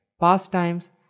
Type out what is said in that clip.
pastimes